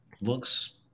looks